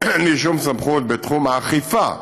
אין לי שום סמכות בתחום האכיפה.